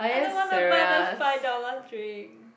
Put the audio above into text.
I don't wanna buy the five dollar drink